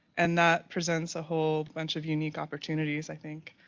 and that presents a whole bunch of unique opportunities, i think.